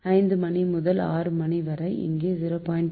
5 மணி முதல் 6 வரை இது 0